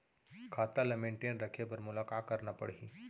खाता ल मेनटेन रखे बर मोला का करना पड़ही?